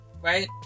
right